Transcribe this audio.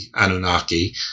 Anunnaki